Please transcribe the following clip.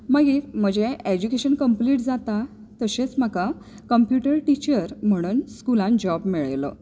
मागीर म्हजें education complete जाता तशेंच म्हाका कंप्युटर टिचर म्हणून स्कुलान जॉब मेळयलो